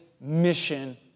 mission